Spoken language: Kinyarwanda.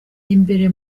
imbere